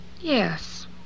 Yes